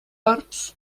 arcs